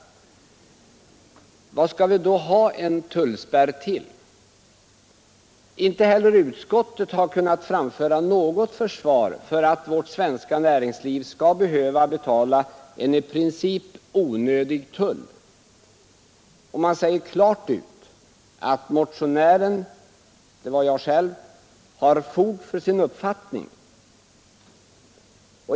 Vad skall vi då ha en tullspärr till? Inte heller utskottet har kunnat framföra något försvar för att vårt svenska näringsliv skall behöva betala en i princip onödig tull. Man säger klart ut att motionären — det är jag själv — kan ha fog för sin uppfattning.